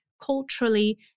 culturally